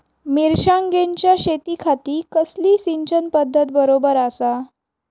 मिर्षागेंच्या शेतीखाती कसली सिंचन पध्दत बरोबर आसा?